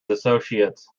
associates